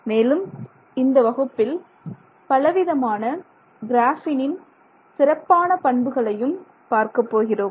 மேலும் இந்த வகுப்பில் பலவிதமான கிராஃபீனின் சிறப்பான பண்புகளையும் பார்க்கப் போகிறோம்